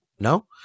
No